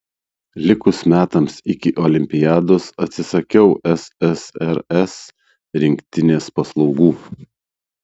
likus metams iki olimpiados atsisakiau ssrs rinktinės paslaugų